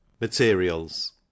Materials